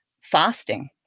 fasting